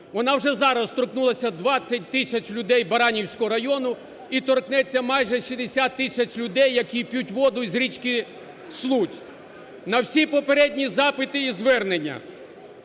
Вона вже зараз торкнулась 20 тисяч людей Баранівського району і торкнеться майже 60 тисяч людей, які п'ють воду із річки Случ. На всі попередні запити і звернення